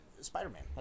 Spider-Man